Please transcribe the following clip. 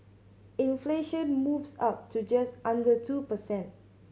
inflation moves up to just under two per cent